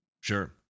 Sure